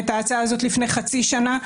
את ההצעה הזו לפני חצי שנה,